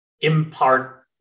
impart